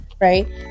right